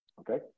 Okay